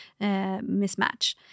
mismatch